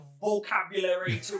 vocabulary